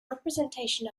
representation